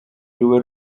ruba